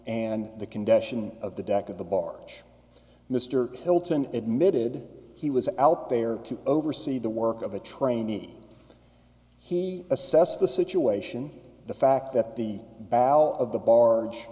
and the condition of the deck at the barge mr hilton admitted he was out there to oversee the work of a trainee he assessed the situation the fact that the balance of the barge